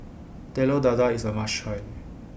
Telur Dadah IS A must Try